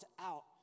out